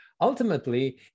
ultimately